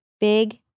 Big